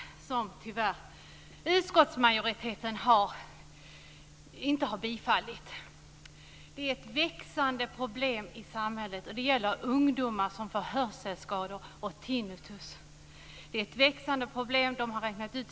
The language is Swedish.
Utskottsmajoriteten har tyvärr en annan åsikt. Det handlar om ett växande problem i samhället - nämligen ungdomar som får hörselskador och tinnitus.